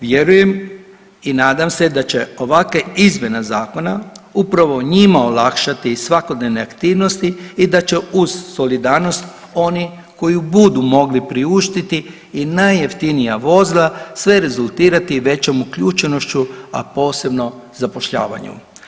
Vjerujem i nadam se da će ovakve izmjene zakona upravo njima olakšati svakodnevne aktivnosti i da će uz solidarnost oni koji budu mogli priuštiti i najjeftinija vozila sve rezultirati većom uključenošću a posebno zapošljavanju.